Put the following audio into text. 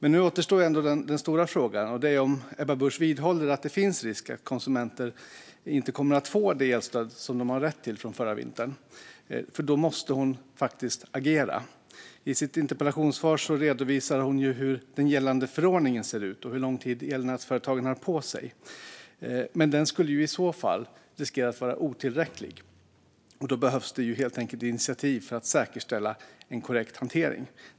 Nu återstår ändå den stora frågan, nämligen om Ebba Busch vidhåller att det finns risk att konsumenter inte kommer att få det elstöd de har rätt till från förra vintern. Då måste hon faktiskt agera. I sitt interpellationssvar redovisade hon för hur den gällande förordningen ser ut och hur lång tid elnätsföretagen har på sig. Men den skulle i så fall riskera att vara otillräcklig. Då behövs helt enkelt initiativ för att säkerställa en korrekt hantering.